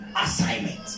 assignment